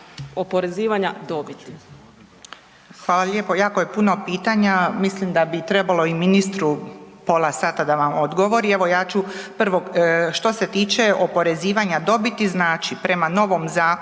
Hvala lijepo. Mislim da bi trebalo i ministru pola sata da vam odgovori. Evo ja ću prvo, što se tiče oporezivanja dobiti znači prema novom zakonu